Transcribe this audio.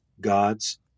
God's